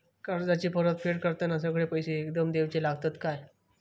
कर्जाची परत फेड करताना सगळे पैसे एकदम देवचे लागतत काय?